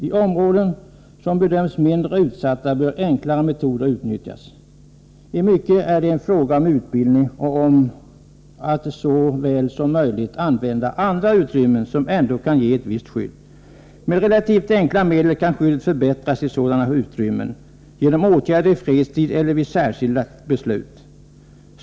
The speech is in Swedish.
I områden som bedöms mindre utsatta bör enklare metoder utnyttjas. I mycket är det en fråga om utbildning och om att så väl som möjligt använda andra utrymmen som ändå kan ge ett visst skydd. Med relativt enkla medel kan skyddet förbättras i sådana utrymmen, genom åtgärder i fredstid eller vid särskilt beslut.